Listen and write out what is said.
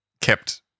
kept-